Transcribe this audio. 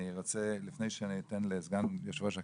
לפני שאתן לסגן יושב-ראש הכנסת,